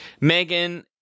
Megan